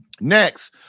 Next